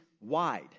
wide